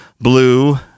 blue